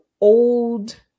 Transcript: old